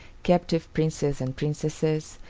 captive princes and princesses,